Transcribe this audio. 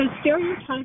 stereotypes